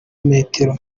metero